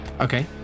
Okay